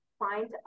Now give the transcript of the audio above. find